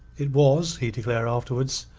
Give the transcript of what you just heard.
it was, he declared afterwards,